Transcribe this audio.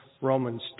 Romans